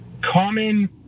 common